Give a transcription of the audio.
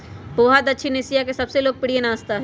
पोहा दक्षिण एशिया के सबसे लोकप्रिय नाश्ता हई